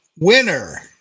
winner